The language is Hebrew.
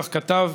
כך כתב,